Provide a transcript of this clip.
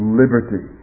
liberty